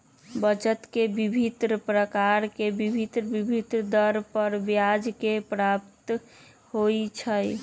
बचत के विभिन्न प्रकार से भिन्न भिन्न दर पर ब्याज के प्राप्ति होइ छइ